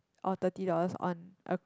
or thirty dollars on a